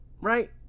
right